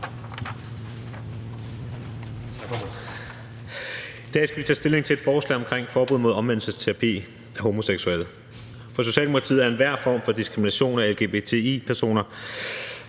I dag skal vi tage stilling til et forslag om forbud mod omvendelsesterapi af homoseksuelle. For Socialdemokratiet er enhver form for diskrimination af lgbt+-personer